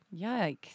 Yikes